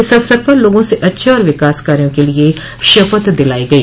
इस अवसर पर लोगों से अच्छे और विकास कार्यो के लिये शपथ दिलाई गई